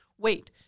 wait